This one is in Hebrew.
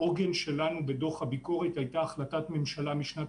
העוגן שלנו בדוח הביקורת היה החלטת ממשלה משנת